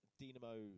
Dynamo